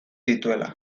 dituela